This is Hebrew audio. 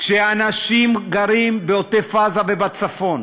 כשאנשים גרים בעוטף-עזה ובצפון